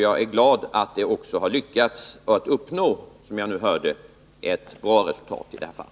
Jag är glad för att man, som jag nu hörde, också har lyckats uppnå ett bra resultat i detta fall.